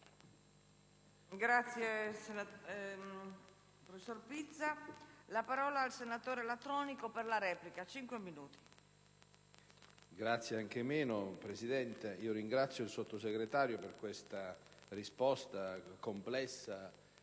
Signora Presidente, ringrazio il Sottosegretario per questa risposta complessa